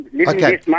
Okay